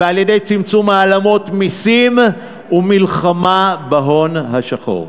ועל-ידי צמצום העלמות מסים ומלחמה בהון השחור.